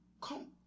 Come